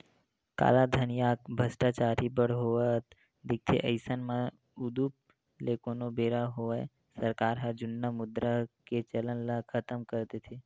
कालाधन या भस्टाचारी बड़ होवत दिखथे अइसन म उदुप ले कोनो बेरा होवय सरकार ह जुन्ना मुद्रा के चलन ल खतम कर देथे